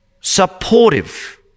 supportive